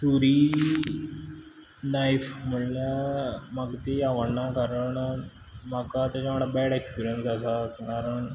सुरी नायफ म्हळ्ळ्यार म्हाका ती आवडना कारण म्हाका तेज्या वांगडा बॅड एक्स्पिऱ्यंस आसा कारण